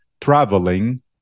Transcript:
traveling